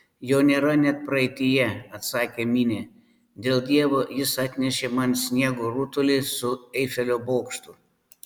jo nėra net praeityje atsakė minė dėl dievo jis atnešė man sniego rutulį su eifelio bokštu